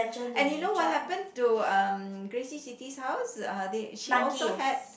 and you know what happen to um Gracie Siti's house um they she also had